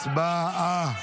הצבעה.